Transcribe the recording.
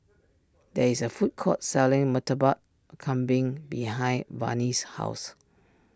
there is a food court selling Murtabak Kambing behind Vannie's house